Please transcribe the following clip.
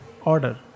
order